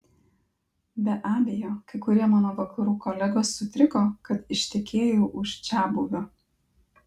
be abejo kai kurie mano vakarų kolegos sutriko kad ištekėjau už čiabuvio